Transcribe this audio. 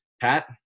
Pat